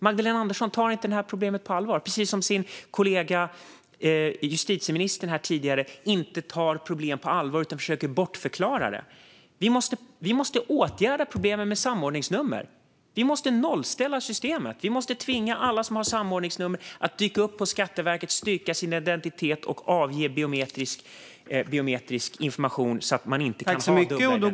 Magdalena Andersson tar inte detta problem på allvar, på samma sätt som hennes kollega justitieministern tidigare här visade att han inte tar problem på allvar utan försöker bortförklara dem. Vi måste åtgärda problemen med samordningsnummer. Vi måste nollställa systemet. Vi måste tvinga alla som har samordningsnummer att dyka upp på Skatteverket, styrka sin identitet och lämna biometrisk information så att de inte kan ha dubbla identiteter.